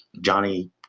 Johnny